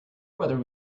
whether